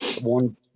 one